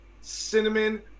cinnamon